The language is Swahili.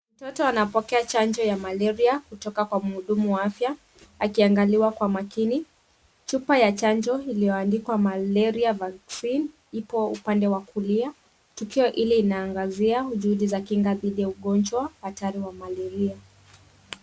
Mtoto anapokea chanjo ya malaria kutoka kwa mhudumu wa afya akiangaliwa kwa makini. Chupa ya chanjo iliyoandikwa Malaria vaccine ipo upande wa kulia. Tukio ile inaangazia juhudi za kinga dhidi ya ugonjwa hatari wa malaria.